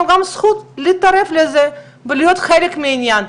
גם זכות להתערב בזה ולהיות חלק מהעניין.